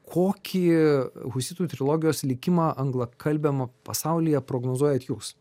kokį husitų trilogijos likimą anglakalbiam pasaulyje prognozuojat jūs